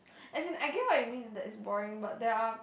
as in I get what you mean that it's boring but there are